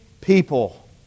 people